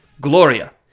gloria